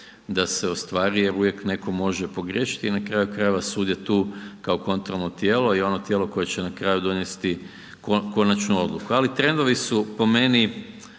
da se ostvari jer uvijek netko može pogriješiti i na kraju krajeva, sud je tu kao kontrolno tijelo i ono tijelo koje će na kraju donesti konačnu odluku ali trendovi su po meni